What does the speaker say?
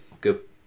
good